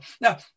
now